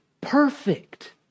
perfect